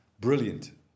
Brilliant